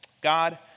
God